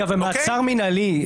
ומעצר מינהלי?